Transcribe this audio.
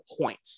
point